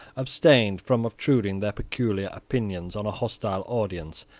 abstained from obtruding their peculiar opinions on a hostile audience,